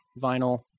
vinyl